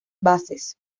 bases